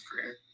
career